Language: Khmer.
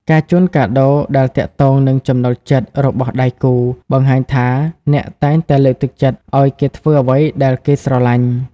ការជូនកាដូដែលទាក់ទងនឹងចំណូលចិត្ត របស់ដៃគូ បង្ហាញថាអ្នកតែងតែលើកទឹកចិត្តឱ្យគេធ្វើអ្វីដែលគេស្រឡាញ់។